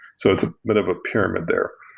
so it's a bit of a pyramid there,